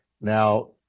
Now